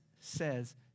says